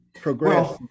progress